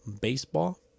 baseball